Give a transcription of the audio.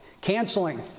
Canceling